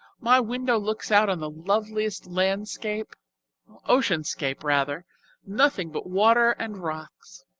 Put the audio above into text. my window looks out on the loveliest landscape ocean-scape, rather nothing but water and rocks.